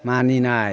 मानिनाय